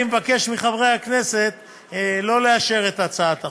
אני מבקש מחברי הכנסת שלא לאשר את הצעת החוק.